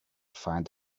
find